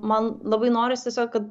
man labai noris tiesiog kad